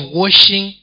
washing